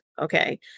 okay